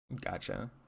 Gotcha